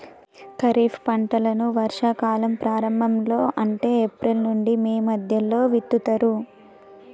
ఖరీఫ్ పంటలను వర్షా కాలం ప్రారంభం లో అంటే ఏప్రిల్ నుంచి మే మధ్యలో విత్తుతరు